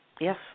Yes